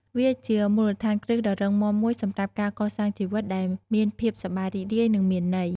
វាជាមូលដ្ឋានគ្រឹះដ៏រឹងមាំមួយសម្រាប់ការកសាងជីវិតដែលមានភាពសប្បាយរីករាយនិងមានន័យ។